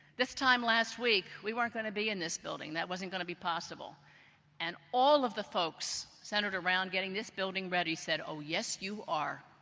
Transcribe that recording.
this time last week we weren't going to be in this building, that was not going to be possible and all of the folks centered around getting this building ready said, oh yes you are.